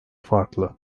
farklı